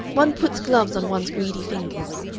one puts gloves on one's greedy fingers.